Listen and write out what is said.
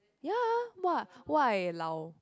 ya !wah! !wah! eh lao